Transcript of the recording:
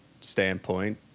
standpoint